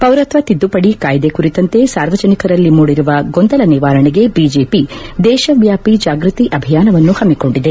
ಪೌರತ್ವ ತಿದ್ದುಪಡಿ ಕಾಯ್ದೆ ಕುರಿತಂತೆ ಸಾರ್ವಜನಿಕರಲ್ಲಿ ಮೂಡಿರುವ ಗೊಂದಲ ನಿವಾರಣೆಗೆ ಬಿಜೆಪಿ ದೇಶವ್ಯಾಪಿ ಜಾಗೃತಿ ಅಭಿಯಾನವನ್ನು ಹಮ್ಮಿಕೊಂಡಿದೆ